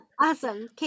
awesome